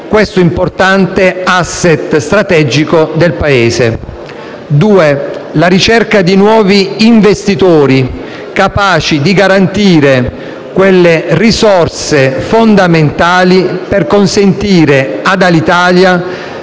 un importante *asset* strategico del Paese. In secondo luogo, c'è la ricerca di nuovi investitori capaci di garantire quelle risorse fondamentali per consentire ad Alitalia